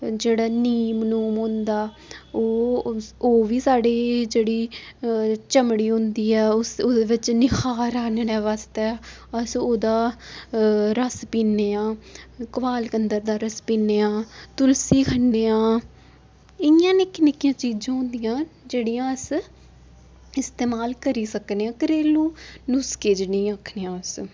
जेह्ड़ा नीम नूम होंदा ओह् ओह् बी साढ़ी जेह्ड़ी चमड़ी होंदी ऐ उस ओह्दे बिच्च निखार आह्नने बास्तै अस ओह्दा रस पीन्ने आं कोआलगदंल दा रस पीन्ने आं तुलसी खन्ने आं इ'यां निक्की निक्कियां चीजां होंदियां जेह्ड़ियां अस इस्तमाल करी सकने आं घरेलू नुस्खे जिनेंगी आखने अस